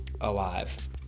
alive